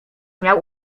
miał